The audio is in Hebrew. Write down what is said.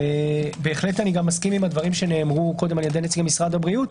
אני מסכים עם הדברים שנאמרו על-ידי נציגי משרד הבריאות,